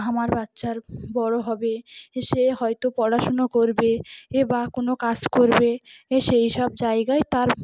আমার বাচ্চার বড়ো হবে সে হয়তো পড়াশুনো করবে এ বা কোনো কাজ করবে এ সেই সব জায়গায় তার